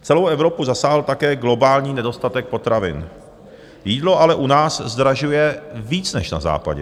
Celou Evropu zasáhl také globální nedostatek potravin, jídlo ale u nás zdražuje víc než na západě.